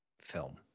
film